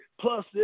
plus